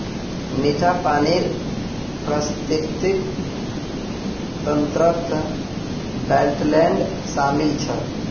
मीठा पानीर पारिस्थितिक तंत्रत वेट्लैन्ड शामिल छ